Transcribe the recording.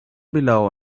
below